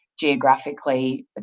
geographically